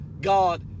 God